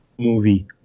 movie